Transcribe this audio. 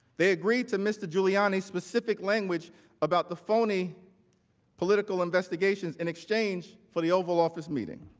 they agreed to mr. giuliani specific language about the phony political investigations in exchange for the oval office meetings.